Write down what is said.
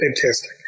Fantastic